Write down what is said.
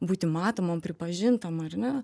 būti matomam pripažintam ar ne